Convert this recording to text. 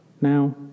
now